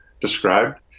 described